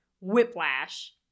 whiplash